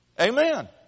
Amen